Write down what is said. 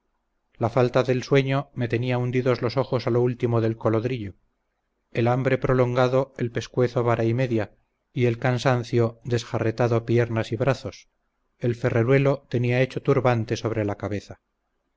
la falta del sueño me tenía hundidos los ojos a lo último del colodrillo el hambre prolongado el pescuezo vara y media y el cansancio desjarretado piernas y brazos el ferreruelo tenía hecho turbante sobre la cabeza